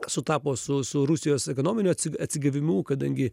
sutapo su su rusijos ekonominiu atsigavimu kadangi